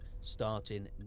starting